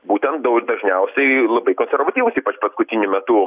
būtent daug dažniausiai labai konservatyvūs ypač paskutiniu metu